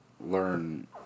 learn